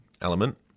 element